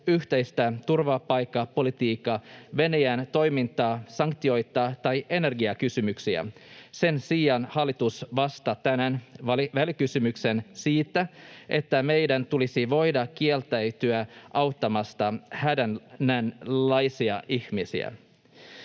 yhteistä turvapaikkapolitiikkaa, Venäjän toimintaa, sanktioita tai energiakysymyksiä. Sen sijaan hallitus vastaa tänään välikysymykseen siitä, että meidän tulisi voida kieltäytyä auttamasta hädänalaisia ihmisiä.